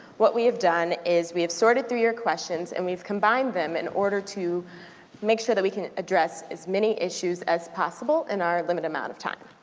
what we have done is we have sorted through your questions, and we've combined them in order to make sure that we can address as many issues as possible in our limited amount of time.